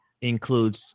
includes